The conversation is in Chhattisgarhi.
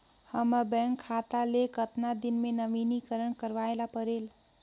हमर बैंक खाता ले कतना दिन मे नवीनीकरण करवाय ला परेल?